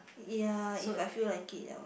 ya if I feel like it ya